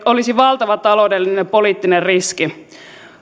olisi valtava taloudellinen ja poliittinen riski